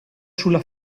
sulla